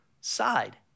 side